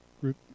group